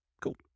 Cool